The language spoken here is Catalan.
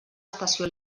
estació